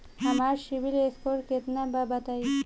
हमार सीबील स्कोर केतना बा बताईं?